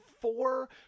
four